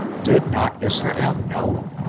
did not israel know?